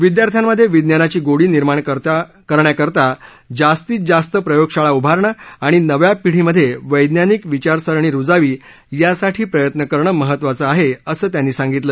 विद्यार्थ्यांमध्ये विज्ञानाची गोडी निर्माण करण्याकरता जास्तीत जास्त प्रयोगशाळा उभारणं आणि नव्या पिढी मध्ये वैज्ञानिक विचारसरणी रुजावी यासाठी प्रयत्न करणं महत्वाचं आहे असं ते म्हणाले